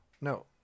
No